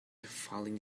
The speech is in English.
falling